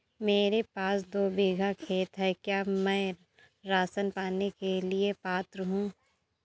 मेरे पास दो बीघा खेत है क्या मैं राशन पाने के लिए पात्र हूँ?